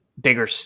bigger